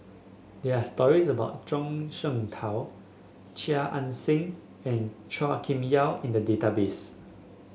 there are stories about Zhuang Shengtao Chia Ann Siang and Chua Kim Yeow in the database